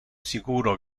sicuro